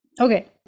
Okay